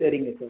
சரிங்க சார்